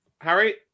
Harry